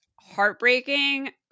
heartbreaking